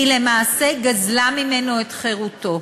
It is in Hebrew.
היא למעשה גזלה ממנו את חירותו.